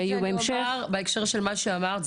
שיהיו בהמשך --- בהקשר למה שאמרת,